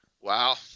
Wow